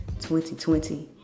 2020